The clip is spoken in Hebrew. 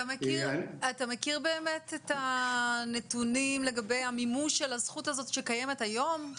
אתה מכיר את הנתונים לגבי המימוש של הזכות הזאת שקיימת היום.